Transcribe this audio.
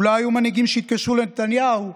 אולי היו מנהיגים שהתקשרו לנתניהו,